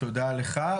תודה לך.